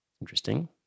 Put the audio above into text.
Interesting